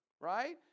right